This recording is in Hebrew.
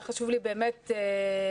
היה חשוב לי באמת להגיע.